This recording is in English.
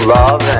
love